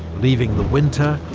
leaving the winter,